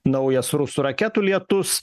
naujas rusų raketų lietus